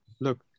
Look